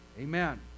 Amen